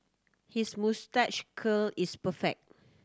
his moustache curl is perfect